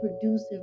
producing